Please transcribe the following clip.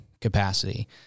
capacity